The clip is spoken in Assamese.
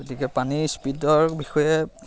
গতিকে পানীৰ স্পীডৰ বিষয়ে